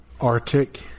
Arctic